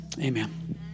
amen